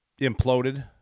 imploded